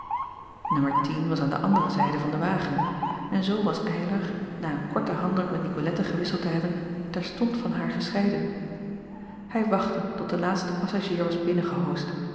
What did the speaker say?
ummer was aan de andere zijde van den wagen en zoo was ylar na een korten handdruk met icolette gewisseld te hebben terstond van haar gescheiden ij wachtte tot de laatste passagier was binnengehoosd